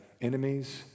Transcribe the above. enemies